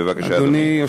בבקשה, אדוני.